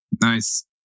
Nice